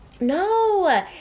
no